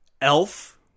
Elf